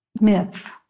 myth